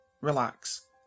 relax